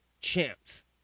Champs